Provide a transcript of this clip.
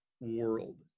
world